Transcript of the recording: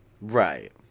Right